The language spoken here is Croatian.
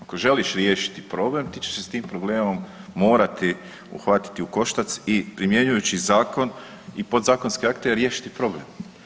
Ako želiš riješiti problem ti ćeš se s tim problemom morati uhvatiti u koštac i primjenjujući zakoni o podzakonske akte i riješiti problem.